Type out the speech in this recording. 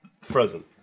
Frozen